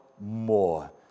more